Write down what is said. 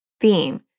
theme